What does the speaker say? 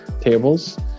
tables